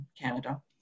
Canada